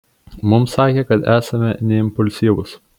mums sakė kad esame neimpulsyvūs